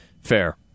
Fair